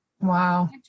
Wow